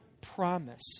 promise